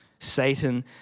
Satan